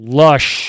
lush